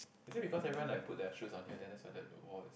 is it because everyone like put their shoes on here then that's why the wall is